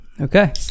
Okay